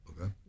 okay